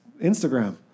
Instagram